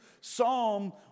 Psalm